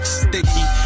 sticky